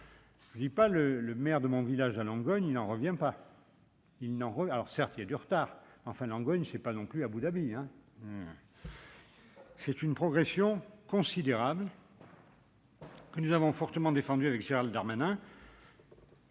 de 32 %: le maire de mon village de Langogne n'en revient pas ! Certes, il y a du retard à rattraper, mais enfin, Langogne, ce n'est pas non plus Abou Dhabi ! C'est une progression considérable que nous avons fortement défendue avec Gérald Darmanin